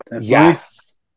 Yes